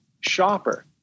shopper